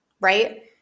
right